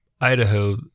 Idaho